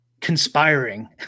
conspiring